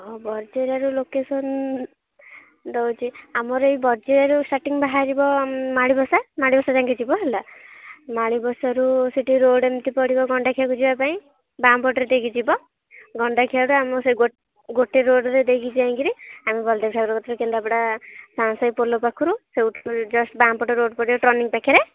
ବଜିରାରୁ location ଦେଉଛି ଆମର ଏଇ ବଜିରାରୁ ସେଟିଙ୍ଗ୍ ବାହାରିବ ମାଳିବସା ମାଲିବସା ଯାଙ୍କେ ଯିବ ହେଲା ମାଳିବସାରୁ ସେଠି ରୋଡ଼ ଏମତି ପଡ଼ିବ ଗଣ୍ଡାଖିଆକୁ ଯିବା ପାଇଁ ବାମ ପଟରେ ଦେଇକରି ଯିବ ଗଣ୍ଡାଖିଆଟା ଆମ ସେ ଗୋଟେ ରୋଡ଼ରେ ଦେଇକି ଯାଇକରି ଆମେ ବଳଦେବ ଠାକୁର କତିରେ କେନ୍ଦ୍ରାପଡ଼ା ସା ସେ ପୋଲ ପାଖରୁ ସେଉଠୁ ଜଷ୍ଟ ବାମ ପଟେ ରୋଡ଼୍ ପଡ଼ିବ ଟର୍ଣ୍ଣିଙ୍ଗ ପାଖରେ